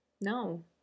No